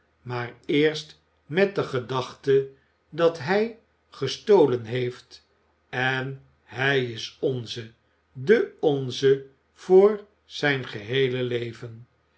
maar eerst met de gedachte dat hij gestolen heeft en hij is de onze de onze voor zijn geheele leven